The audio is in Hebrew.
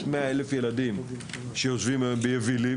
100,000 ילדים שיושבים היום במבנים יבילים,